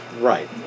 right